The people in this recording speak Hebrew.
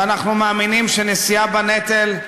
אנחנו מאמינים שנשיאה בנטל,